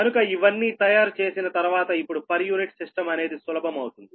కనుక ఇవన్నీ తయారు చేసిన తర్వాత ఇప్పుడు పర్ యూనిట్ సిస్టం అనేది సులభమవుతుంది